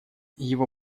его